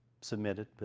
submitted